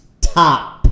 top